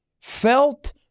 felt